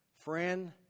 friend